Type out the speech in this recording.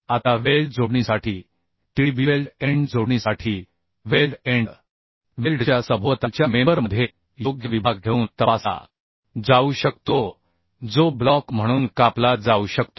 आता वेल्ड जोडणीसाठी TDB weld end जोडणीसाठी वेल्ड एंड वेल्डच्या सभोवतालच्या मेंबर मध्ये योग्य विभाग घेऊन तपासला जाऊ शकतो जो ब्लॉक म्हणून कापला जाऊ शकतो